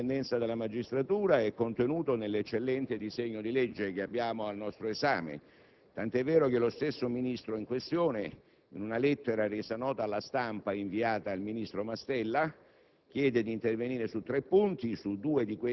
Vorrei aggiungere, altresì, che nessun attacco all'indipendenza della magistratura è contenuto nell'eccellente disegno di legge che abbiamo al nostro esame, tant'è vero che lo stesso Ministro in questione, in una lettera resa nota alla stampa inviata al ministro Mastella,